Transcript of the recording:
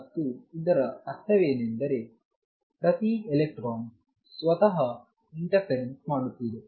ಮತ್ತು ಇದರ ಅರ್ಥವೇನೆಂದರೆ ಪ್ರತಿ ಎಲೆಕ್ಟ್ರಾನ್ ಸ್ವತಃ ಇಂಟರ್ಫೆರೆನ್ಸ್ ಮಾಡುತ್ತಿದೆ